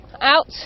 Out